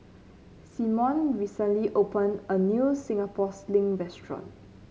Simone recently open a new Singapore Sling restaurant